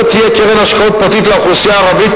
לא תהיה קרן השקעות פרטית לאוכלוסייה הערבית,